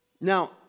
Now